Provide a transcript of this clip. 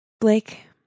Blake